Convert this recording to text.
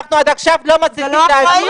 עד עכשיו לא מניחים את דעתי,